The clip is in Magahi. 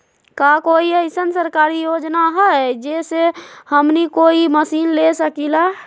का कोई अइसन सरकारी योजना है जै से हमनी कोई मशीन ले सकीं ला?